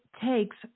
takes